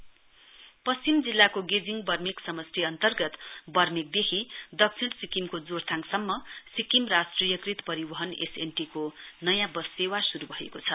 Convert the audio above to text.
SNT bus service पश्चिम जिल्लाको गेजिङ वर्मेक समष्टि अन्तर्गत वर्मेकदेखि दक्षिण सिक्किमको जोरथाङसम्म सिक्किम राष्ट्रियकृत परिवहन एसएनटी को नयाँ बस सेवा शुरू भएको छ